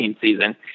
season